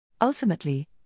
Ultimately